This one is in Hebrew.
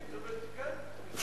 כן.